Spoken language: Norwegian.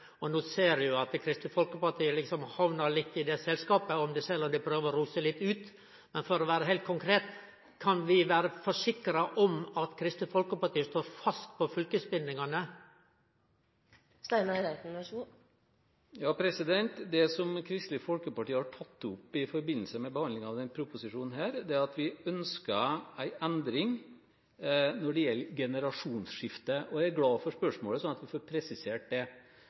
og at vi stadig har eit press på deltakarlova frå dei partia for å få modifisert fylkesbindingane. No ser vi jo at Kristelig Folkeparti har hamna litt i det selskapet, sjølv om dei prøver å ro seg litt vekk. Men for å vere heilt konkret: Kan vi vere forsikra om at Kristeleg Folkeparti står fast på fylkesbindingane? Det Kristelig Folkeparti har tatt opp i forbindelse med behandlingen av denne proposisjonen, er at vi ønsker en endring når det gjelder generasjonsskifte. Jeg er glad for spørsmålet sånn at jeg får presisert det.